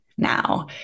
now